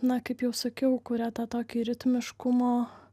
na kaip jau sakiau kuria tą tokį ritmiškumo